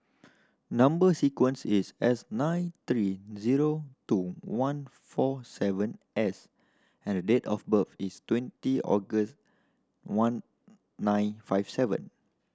number sequence is S nine three zero two one four seven S and the date of birth is twenty August one nine five seven